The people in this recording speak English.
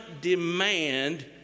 demand